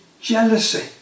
jealousy